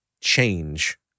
change